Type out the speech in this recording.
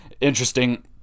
interesting